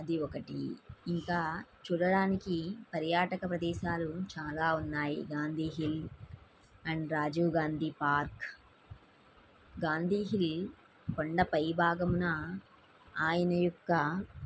అది ఒకటి ఇంకా చూడడానికి పర్యాటక ప్రదేశాలు చాలా ఉన్నాయి Gandhi hill and Rajiv Gandhi park Gandhi hill కొండ పైభాగమున ఆయన యొక్క